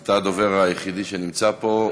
אתה הדובר היחידי שנמצא פה.